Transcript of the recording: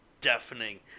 deafening